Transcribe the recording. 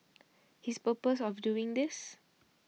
his purpose of doing this